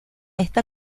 esta